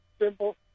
Simple